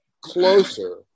closer